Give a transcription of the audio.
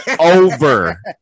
over